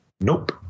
Nope